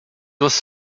was